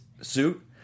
suit